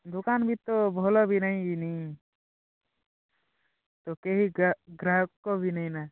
ଦୋକାନ ବି ତ ଭଲ ବି ନାଇଁ ବିନି ତ କେହି ଗ୍ରା ଗ୍ରାହକ ବି ନାଇଁ ନା